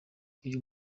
uyu